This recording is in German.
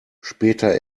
später